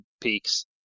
Peaks